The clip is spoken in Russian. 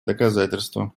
доказательство